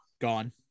Gone